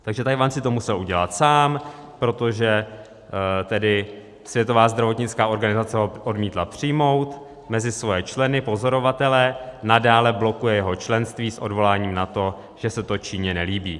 Takže Tchajwan si to musel udělat sám, protože tedy Světová zdravotnická organizace ho odmítla přijmout mezi svoje členy, pozorovatele, nadále blokuje jeho členství s odvoláním na to, že se to Číně nelíbí.